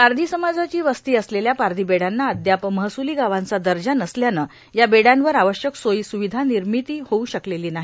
पारधी समाजाची वस्ती असलेल्या पारधी बेड्यांना अद्याप महसुली गावांचा दर्जा नसल्यानं या बेड्यांवर आवश्यक सोयी सूविधा निर्मिती होवू शकलेली नाही